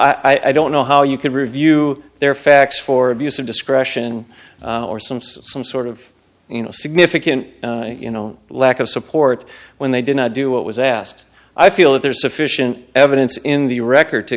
so i don't know how you could review their facts for abuse of discretion or seems some sort of you know significant you know lack of support when they did not do what was asked i feel that there is sufficient evidence in the record to